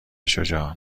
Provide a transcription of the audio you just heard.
شجاع